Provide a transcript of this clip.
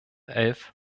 elf